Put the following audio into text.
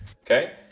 Okay